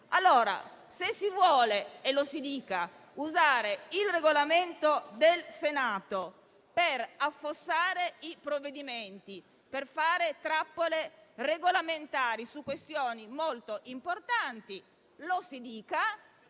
moltissimo. Se si vuole usare il Regolamento del Senato per affossare i provvedimenti e per fare trappole regolamentari su questioni molto importanti, lo si dica;